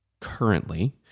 currently